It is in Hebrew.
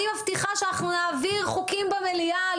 אני מבטיחה שאנחנו נעביר חוקים במליאה על